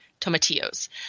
tomatillos